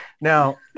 now